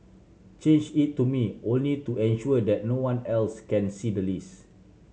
change it to me only to ensure that no one else can see the list